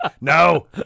no